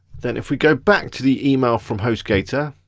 then if we go back to the email from hostgator,